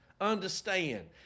understand